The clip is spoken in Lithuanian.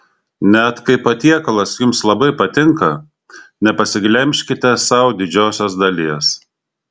net kai patiekalas jums labai patinka nepasiglemžkite sau didžiosios dalies